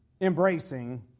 embracing